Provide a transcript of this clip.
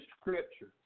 scripture